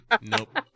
Nope